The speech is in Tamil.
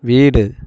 வீடு